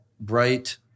bright